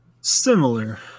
Similar